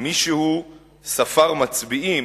שמישהו ספר מצביעים,